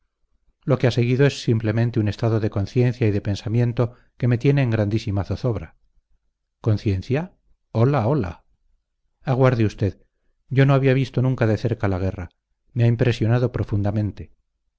lo que ha seguido es simplemente un estado de conciencia y de pensamiento que me tiene en grandísima zozobra conciencia hola hola aguarde usted yo no había visto nunca de cerca la guerra me ha impresionado profundamente